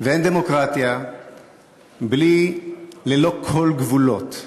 ואין דמוקרטיה בלי ללא כל גבולות.